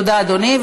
תודה, אדוני.